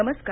नमस्कार